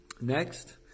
Next